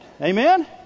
Amen